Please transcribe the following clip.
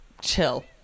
chill